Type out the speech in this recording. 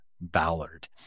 Ballard